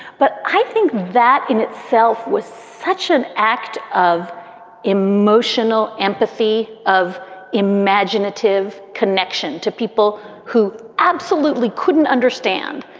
but i think that in itself was such an act of emotional empathy, of imaginative connection to people who absolutely couldn't understand.